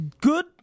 Good